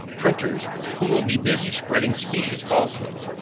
printers, who will be busy spreading specious falsehoods.